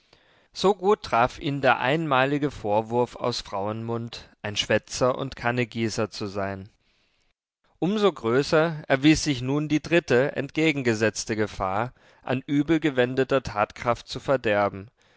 so gut traf ihn der einmalige vorwurf aus frauenmund ein schwätzer und kannegießer zu sein um so größer erwies sich nun die dritte entgegengesetzte gefahr an übel gewendeter tatkraft zu verderben